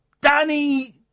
Danny